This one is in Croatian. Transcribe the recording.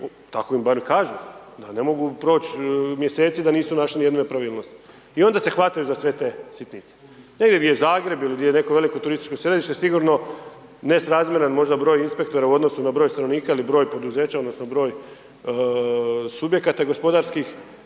tako im barem kažu, da ne mogu proć' mjeseci da nisu našli ni jednu nepravilnost, i onda se hvataju za sve te sitnice. Ili gdje je Zagreb, ili gdje je neko veliko turističko središte, sigurno nesrazmjeran možda broj inspektora u odnosu na broj stanovnika, ili broj poduzeća odnosno broj subjekata gospodarskih,